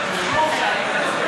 שב במקומך.